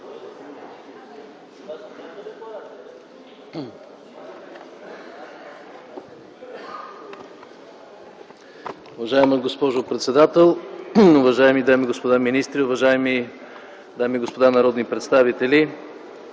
Уважаема госпожо председател, уважаеми господин вицепремиер, уважаеми дами и господа народни представители!